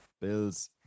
Bill's